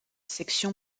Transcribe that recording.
section